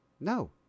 No